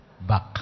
Back